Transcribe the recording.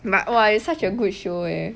but !wah! it's such a good show eh